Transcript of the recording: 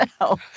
No